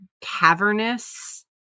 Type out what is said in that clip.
cavernous